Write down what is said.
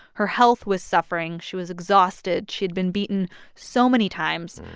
her health was suffering. she was exhausted. she had been beaten so many times.